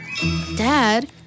Dad